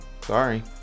Sorry